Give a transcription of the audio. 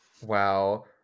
wow